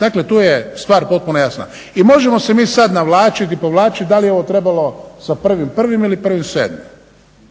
Dakle, tu je stvar potpuno jasna. I možemo se mi sad navlačiti i povlačiti da li je ovo trebalo sa 1.01. ili 1.07.